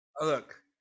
look